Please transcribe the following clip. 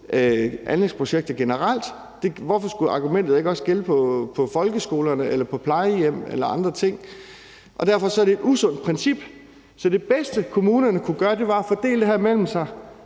til anlægsprojekter generelt. Hvorfor skulle argumentet så ikke også gælde i forhold til folkeskoler, plejehjem eller andre ting? Derfor mener vi, det er et usundt princip. Så det bedste, kommunerne kunne gøre, var at fordele det her mellem sig